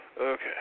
Okay